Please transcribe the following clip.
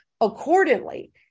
accordingly